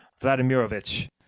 Vladimirovich